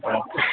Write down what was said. औ